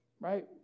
Right